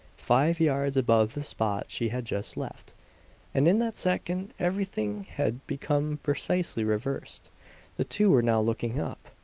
five yards above the spot she had just left and in that second everything had become precisely reversed the two were now looking up!